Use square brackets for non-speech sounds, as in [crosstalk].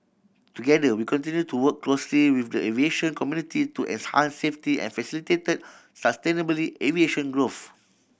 together we continue to work closely with the aviation community to [unintelligible] safety and facilitate sustainably aviation growth